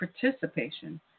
participation